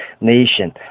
nation